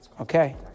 Okay